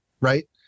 right